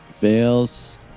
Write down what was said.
fails